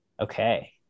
Okay